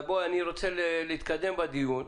אני רוצה להתקדם בדיון.